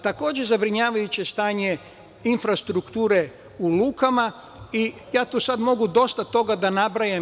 Takođe, zabrinjavajuće je stanje infrastrukture u lukama i ja tu sada mogu dosta toga da nabrajam.